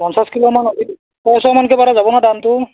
পঞ্চাছ কিলোমান ছয়শমানকৈ পৰা যাবনে দামটো